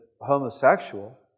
homosexual